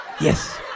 Yes